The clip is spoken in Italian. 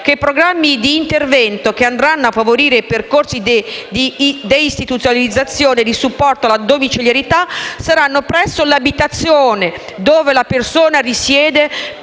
che i programmi di intervento che andranno a favorire i percorsi di deistituzionalizzazione e di supporto alla domiciliarità saranno presso l'abitazione dove la persona risiede